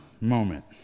moment